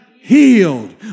healed